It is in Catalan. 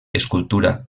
escultura